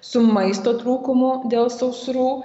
su maisto trūkumu dėl sausrų